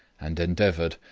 and endeavoured,